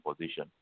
position